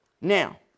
Now